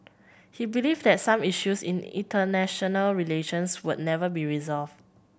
he believed that some issues in international relations would never be resolved